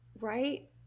right